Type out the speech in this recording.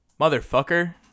motherfucker